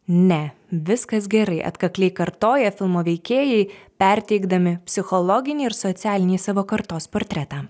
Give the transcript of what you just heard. ne viskas gerai atkakliai kartoja filmo veikėjai perteikdami psichologinį ir socialinį savo kartos portretą